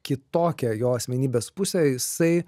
kitokią jo asmenybės pusę jisai